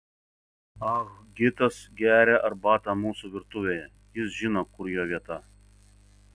ah gitas geria arbatą mūsų virtuvėje jis žino kur jo vieta